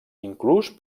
inclús